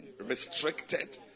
restricted